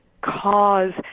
cause